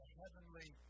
heavenly